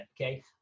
Okay